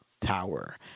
Tower